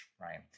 right